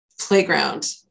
playground